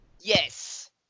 Yes